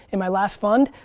in my last fund,